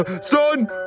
Son